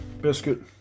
biscuit